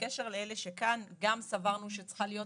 בקשר לאלה שכאן גם סברנו שצריכה להיות